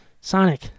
sonic